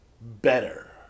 better